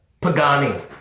Pagani